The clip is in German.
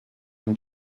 dem